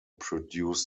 produced